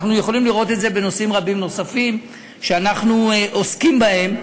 אנחנו יכולים לראות את זה בנושאים רבים נוספים שאנחנו עוסקים בהם,